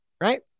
Right